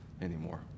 anymore